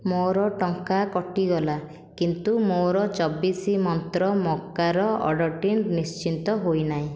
ମୋର ଟଙ୍କା କଟିଗଲା କିନ୍ତୁ ମୋର ଚବିଶ ମନ୍ତ୍ର ମକାର ଅର୍ଡ଼ର୍ଟି ନିଶ୍ଚିତ ହୋଇନାହିଁ